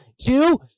two